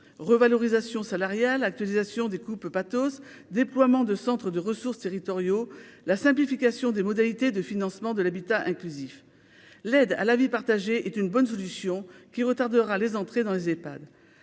revalorisation salariale actualisation des coupes patos déploiement de Centre de ressources territoriaux, la simplification des modalités de financement de l'habitat inclusif, l'aide à la vie partagée est une bonne solution qui retardera les entrées dans les EPHAD